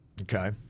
Okay